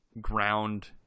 ground